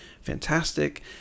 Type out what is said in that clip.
fantastic